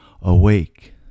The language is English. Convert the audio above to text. awake